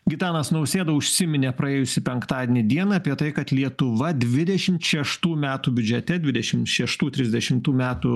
gitanas nausėda užsiminė praėjusį penktadienį dieną apie tai kad lietuva dvidešimt šeštų metų biudžete dvidešim šeštų trisdešimtų metų